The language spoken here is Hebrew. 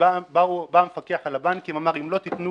ובא המפקח על הבנקים ואמר אם לא תתנו